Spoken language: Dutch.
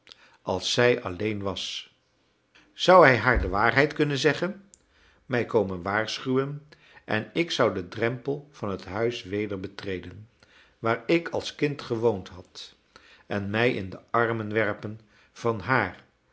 als zij alleen was zou hij haar de waarheid kunnen zeggen mij komen waarschuwen en ik zou den drempel van het huis weder betreden waar ik als kind gewoond had en mij in de armen werpen van haar